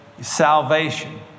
salvation